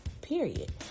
Period